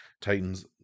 Titans